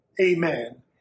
Amen